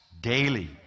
Daily